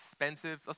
expensive